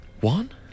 One